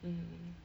mm